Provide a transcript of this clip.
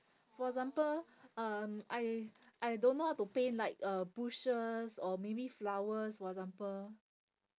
for example um I I don't know how to paint like uh bushes or maybe flowers for example